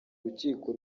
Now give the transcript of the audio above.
urukiko